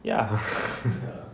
ya